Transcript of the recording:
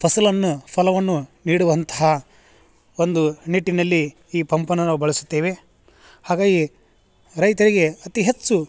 ಫಸಲನ್ನು ಫಲವನ್ನು ನೀಡುವಂತಹ ಒಂದು ನಿಟ್ಟಿನಲ್ಲಿ ಈ ಪಂಪನ್ನು ನಾವು ಬಳಸುತ್ತೇವೆ ಹಾಗಾಗಿ ರೈತರಿಗೆ ಅತಿ ಹೆಚ್ಚು